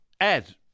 Ed